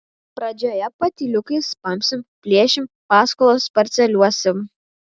pradžioje patyliukais pampsim plėšim paskolas parceliuosim